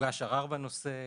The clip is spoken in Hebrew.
הוגש ערר בנושא,